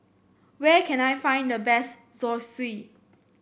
where can I find the best Zosui